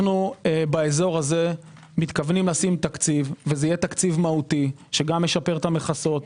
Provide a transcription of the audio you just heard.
אנו באזור הזה מתכוונים לשים תקציב והוא יהיה מהותי שגם משפר את המכסות,